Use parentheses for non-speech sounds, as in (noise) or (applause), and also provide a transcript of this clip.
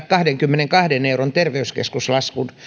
(unintelligible) kahdenkymmenenkahden euron terveyskeskuslaskun